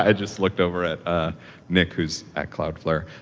ah just looked over at ah nick who's at cloudflare.